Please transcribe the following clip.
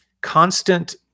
constant